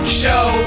show